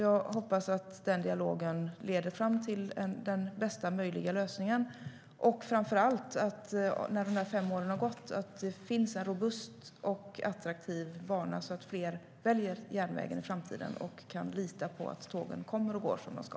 Jag hoppas att den dialogen leder fram till bästa möjliga lösning och framför allt till att det, när de fem åren har gått, finns en robust och attraktiv bana så att fler väljer järnvägen i framtiden och kan lita på att tågen kommer och går som de ska.